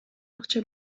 акча